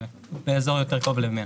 באזור יותר קרוב ל-100.